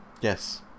Yes